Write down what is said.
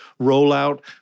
rollout